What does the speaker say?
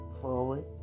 forward